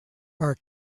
are